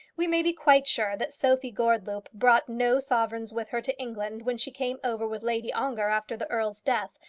we may be quite sure that sophie gordeloup brought no sovereigns with her to england when she came over with lady ongar after the earl's death,